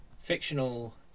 fictional